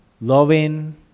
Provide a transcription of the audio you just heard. loving